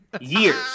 Years